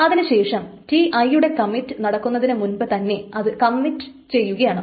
അതിനു ശേഷം Ti യുടെ കമ്മിറ്റ് നടക്കുന്നതിനു മുൻപു തന്നെ ഇത് കമ്മിറ്റ് ചെയ്യുകയാണ്